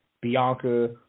Bianca